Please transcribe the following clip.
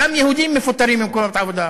גם יהודים מפוטרים ממקומות עבודה.